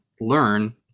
learn